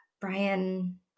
Brian